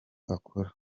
akora